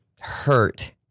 hurt